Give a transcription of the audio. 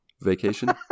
vacation